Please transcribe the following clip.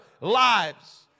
lives